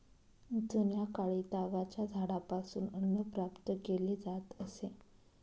जुन्याकाळी तागाच्या झाडापासून अन्न प्राप्त केले जात असे